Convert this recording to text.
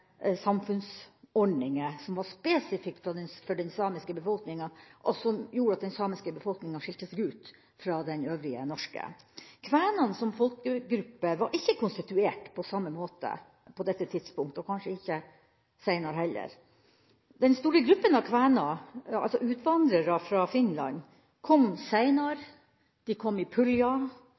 samfunnsordninger som var spesifikke for den samiske befolkninga, og som gjorde at den samiske befolkninga skilte seg ut fra den øvrige norske. Kvenene som folkegruppe var ikke konstituert på samme måte på dette tidspunkt – og kanskje ikke seinere heller. Den store gruppa av kvener, altså utvandrere fra Finland, kom seinere, de kom i